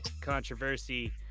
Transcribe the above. controversy